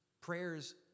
prayers